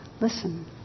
listen